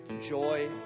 joy